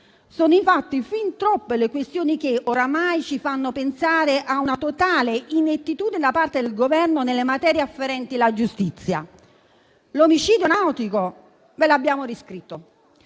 sono infatti fin troppe le questioni che ormai ci fanno pensare a una totale inettitudine da parte del Governo nelle materie afferenti la giustizia. L'omicidio nautico ve l'abbiamo riscritto,